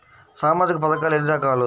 సామాజిక పథకాలు ఎన్ని రకాలు?